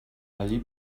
allí